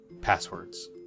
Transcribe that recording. passwords